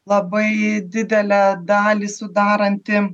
labai didelę dalį sudaranti